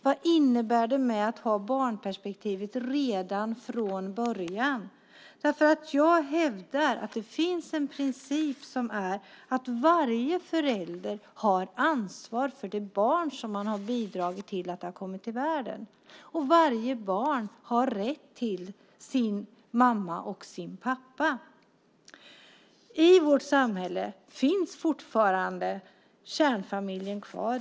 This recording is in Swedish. Vad innebär det att ha barnperspektivet redan från början? Jag hävdar principen att varje förälder har ansvar för det barn som man har bidragit till att ha kommit till världen och att varje barn har rätt till sin mamma och sin pappa. I vårt samhälle finns fortfarande kärnfamiljen kvar.